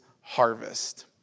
harvest